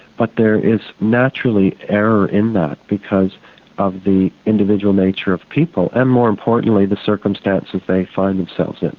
but there is naturally error in that because of the individual nature of people and more importantly the circumstances they find themselves in.